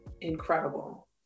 incredible